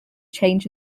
change